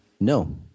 no